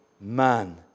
man